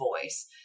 voice